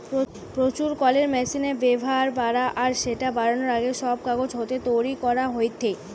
প্রচুর কলের মেশিনের ব্যাভার বাড়া আর স্যাটা বারানার আগে, সব কাগজ হাতে তৈরি করা হেইতা